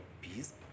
peace